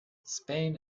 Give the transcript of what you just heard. spain